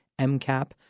MCAP